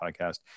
podcast